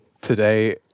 today